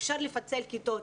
אפשר לפצל כיתות,